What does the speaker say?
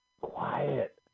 Quiet